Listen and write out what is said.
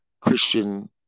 Christian